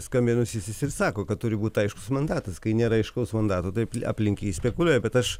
skambinusysis ir sako kad turi būt aiškus mandatas kai nėra aiškaus mandato tai aplink jį spekuliuoja bet aš